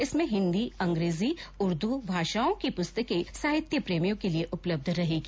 इसमें हिंदी अंग्रेजी उर्दू भाषाओं की पुस्तकें साहित्य प्रेमियों के लिए उपलब्ध रहेगी